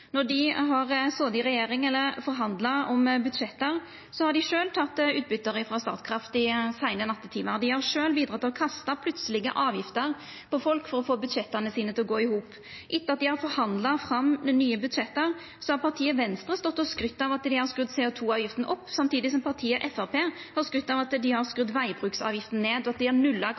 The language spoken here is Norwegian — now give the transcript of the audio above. Når dei har sete i regjering eller forhandla om budsjett, har dei sjølve teke utbyte frå Statkraft i seine nattetimar. Dei har sjølve bidrege til å kasta plutselege avgifter på folk for å få budsjetta sine til å gå i hop. Etter at dei har forhandla fram nye budsjett, har partiet Venstre stått og skrytt av at dei har skrudd CO 2 -avgifta opp, samtidig som Framstegspartiet har skrytt av at dei har skrudd vegbruksavgifta ned, slik at dei har nulla